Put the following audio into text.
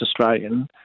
Australian